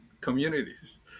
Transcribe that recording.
communities